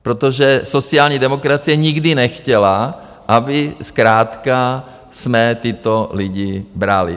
Protože sociální demokracie nikdy nechtěla, abychom zkrátka tyto lidi brali.